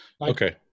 Okay